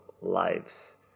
lives